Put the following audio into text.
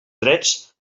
drets